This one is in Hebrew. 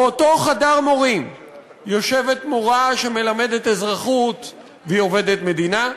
באותו חדר מורים יושבת מורה שמלמדת אזרחות והיא עובדת המדינה,